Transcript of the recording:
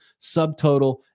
subtotal